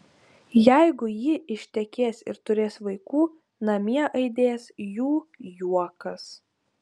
jeigu ji ištekės ir turės vaikų namie aidės jų juokas